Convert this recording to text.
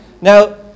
Now